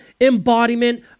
embodiment